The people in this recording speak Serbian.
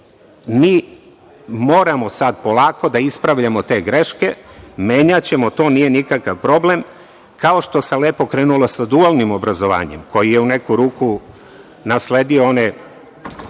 Mi moramo sad polako da ispravljamo te greške. Menjaćemo to, nije nikakav problem. Kao što se lepo krenulo sa dualnim obrazovanjem, koji je u neku ruku nasledio one